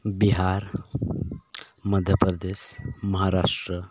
Bihar ᱢᱚᱭᱫᱷᱚᱯᱚᱨᱫᱮᱥ Maharashtra